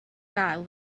gael